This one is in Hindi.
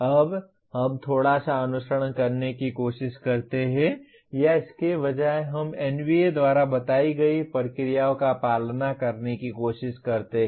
अब हम थोड़ा सा अनुसरण करने की कोशिश करते हैं या इसके बजाय हम NBA द्वारा बताई गई प्रक्रियाओं का पालन करने की कोशिश करते हैं